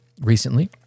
recently